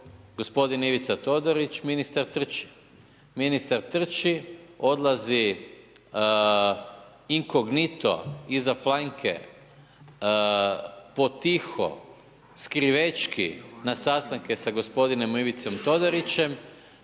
gospodin Ivica Todorić, ministar trči. Ministar trči, odlazi inkognito, iza planjke, potiho, skrivećki na sastanke sa gospodinom Ivicom Todorićem,